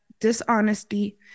dishonesty